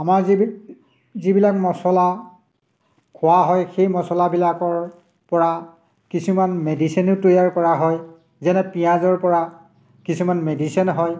আমাৰ য যিবিলাক মচলা খোৱা হয় সেই মচলাবিলাকৰ পৰা কিছুমান মেডিচিনো তৈয়াৰ কৰা হয় যেনে পিঁয়াজৰ পৰা কিছুমান মেডিচিন হয়